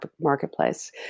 marketplace